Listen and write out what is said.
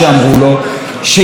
שכאינטרס ישראלי,